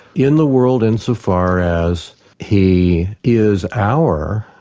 in the world insofar as he is our,